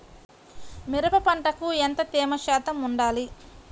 మిరప పంటకు ఎంత తేమ శాతం వుండాలి?